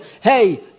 hey